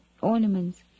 ornaments